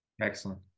Excellent